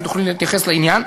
אם תוכלי להתייחס לעניין,